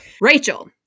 Rachel